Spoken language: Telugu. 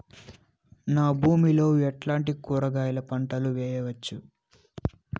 నా భూమి లో ఎట్లాంటి కూరగాయల పంటలు వేయవచ్చు?